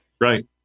Right